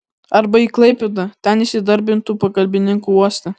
arba į klaipėdą ten įsidarbintų pagalbininku uoste